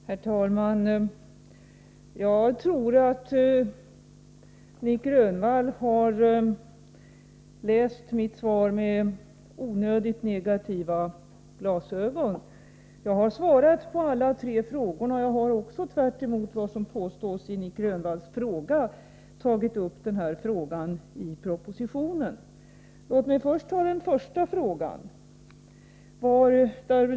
Herr talman! Jag tror att Nic Grönvall har läst mitt svar på ett onödigt negativt sätt. Jag har svarat på alla tre frågorna, och jag har också — tvärtemot vad som påstås i Nic Grönvalls fråga — i propositionen tagit upp frågan om Svenska Petroleums rätt att bedriva distribution av bensin och drivoljor.